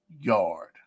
yard